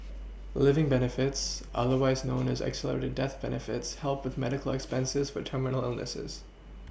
living benefits otherwise known as accelerated death benefits help with medical expenses for terminal illnesses